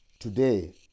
Today